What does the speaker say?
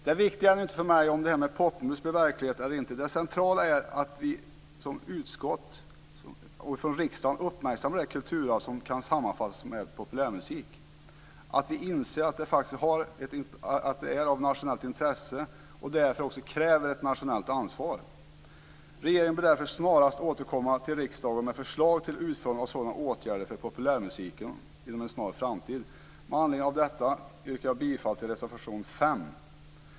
Det viktiga för mig är inte om detta med Popmus blir verklighet eller inte, utan det centrala är att vi i utskottet och riksdagen uppmärksammar det kulturarv som kan sammanfattas med begreppet populärmusik och att vi inser att detta faktiskt är av nationellt intresse och därför också kräver ett nationellt ansvar. Regeringen bör därför snarast återkomma till riksdagen med förslag till utformning av sådana åtgärder för populärmusiken. Med anledning av detta yrkar jag bifall till reservation 5.